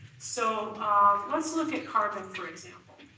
so let's look at carbon for example.